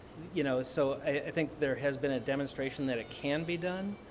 you know so i think there has been a demonstration that it can be done.